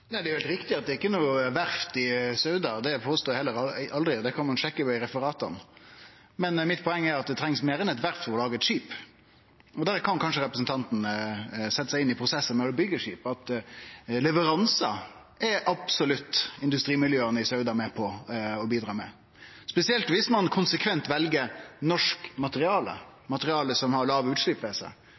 Det er heilt riktig at det ikkje er noko verft i Sauda, og det påstod eg heller aldri – det kan ein sjekke i referata. Men poenget mitt er at det trengst meir enn eit verft for å lage eit skip. Der kan kanskje representanten Stokkebø setje seg inn i prosessen, at når ein byggjer eit skip, er leveransar noko som industrimiljøa i Sauda absolutt er med på å bidra med, spesielt viss ein konsekvent vel norsk materiale, materiale som har låge utslipp ved seg,